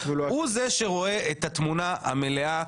הוא זה שרואה את התמונה המלאה,